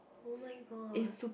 oh-my-god